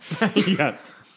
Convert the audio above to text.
Yes